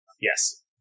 Yes